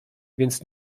więc